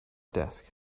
desk